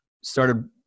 started